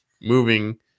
moving